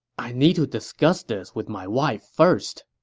i need to discuss this with my wife first.